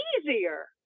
easier